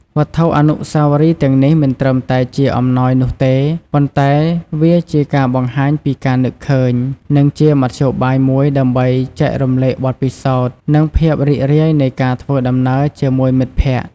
វត្ថុអនុស្សាវរីយ៍ទាំងនេះមិនត្រឹមតែជាអំណោយនោះទេ ប៉ុន្តែវាជាការបង្ហាញពីការនឹកឃើញ និងជាមធ្យោបាយមួយដើម្បីចែករំលែកបទពិសោធន៍ និងភាពរីករាយនៃការធ្វើដំណើរជាមួយមិត្តភក្តិ។